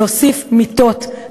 להוסיף מיטות,